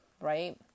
right